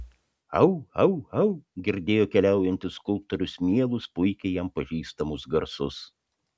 au au au girdėjo keliaujantis skulptorius mielus puikiai jam pažįstamus garsus